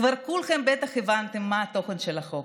כבר כולכם בטח הבנתם מה התוכן של החוק.